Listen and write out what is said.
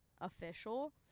official